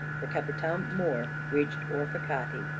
the capitam mor reached orfacati,